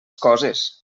coses